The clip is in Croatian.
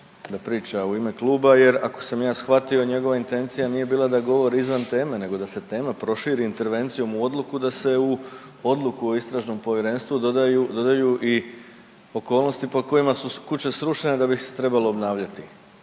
da priča u ime kluba jer ako sam ja shvatio njegova intencija nije bila da govori izvan tema, nego da se tema proširi intervencijom u odluku da se u odluku o Istražnom povjerenstvu dodaju i okolnosti pod kojima su kuće srušene da bi ih se trebalo obnavljati.